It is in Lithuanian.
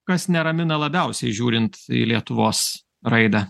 kas neramina labiausiai žiūrint į lietuvos raidą